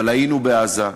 אבל היינו בעזה,